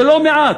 זה לא מעט.